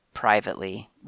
Privately